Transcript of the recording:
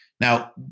Now